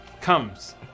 Comes